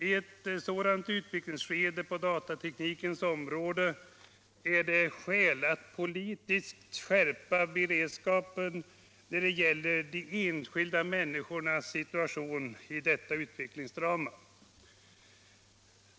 I ett sådant utvecklingsskede på datateknikens område är det skäl att politiskt skärpa beredskapen då det gäller de enskilda människornas situation i detta utvecklingsdrama.